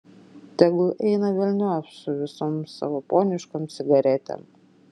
tegul eina velniop su visom savo poniškom cigaretėm